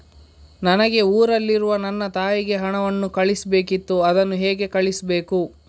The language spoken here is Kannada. ನನಗೆ ಊರಲ್ಲಿರುವ ನನ್ನ ತಾಯಿಗೆ ಹಣವನ್ನು ಕಳಿಸ್ಬೇಕಿತ್ತು, ಅದನ್ನು ಹೇಗೆ ಕಳಿಸ್ಬೇಕು?